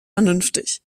vernünftig